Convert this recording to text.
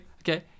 okay